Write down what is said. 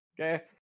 okay